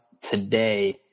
today –